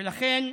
ולכן,